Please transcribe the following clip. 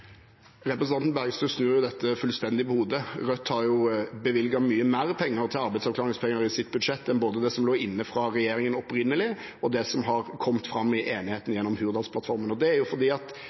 Representanten Bergstø snur jo dette fullstendig på hodet. Rødt har bevilget mye mer penger til arbeidsavklaringspenger i sitt budsjett enn både det som lå inne fra regjeringen opprinnelig, og det som har kommet fram i enigheten gjennom Hurdalsplattformen. Det er fordi